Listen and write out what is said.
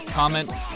comments